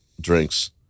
drinks